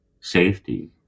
safety